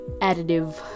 additive